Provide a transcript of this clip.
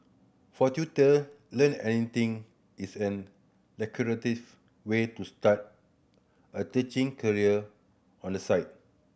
for tutor Learn Anything is an lucrative way to start a teaching career on the side